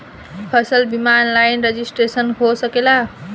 फसल बिमा online registration हो सकेला?